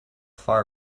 far